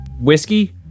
whiskey